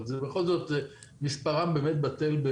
אבל בכל זאת מספרם קטן.